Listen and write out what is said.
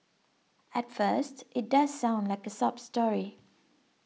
at first it does sound like a sob story